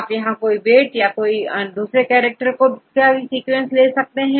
आप यहां कोई भी वेट या कोई भी कैरेक्टर या कोई भी सीक्वेंसेस ले सकते हैं